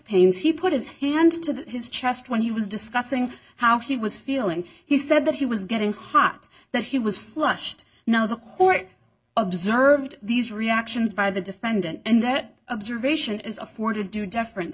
pains he put his hands to his chest when he was discussing how he was feeling he said that he was getting hot that he was flushed now the court observed these reactions by the defendant and that observation is afforded due deferen